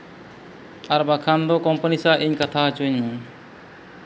ᱟᱨ ᱵᱟᱠᱷᱟᱱ ᱫᱚ ᱠᱳᱢᱯᱟᱱᱤ ᱥᱟᱞᱟᱜ ᱤᱧ ᱠᱟᱛᱷᱟ ᱦᱚᱪᱚᱧ ᱢᱮ